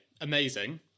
amazing